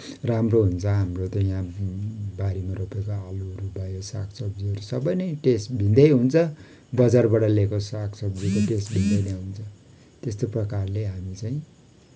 राम्रो हुन्छ हाम्रो त यहाँ बारीमा रोपेको आलुहरू भयो सागसब्जीहरू सबै नै टेस्ट भिन्नै हुन्छ बजारबाट लिएको साग सब्जीको टेस्ट भिन्नै नै हुन्छ त्यस्तो प्रकारले हामी चाहिँ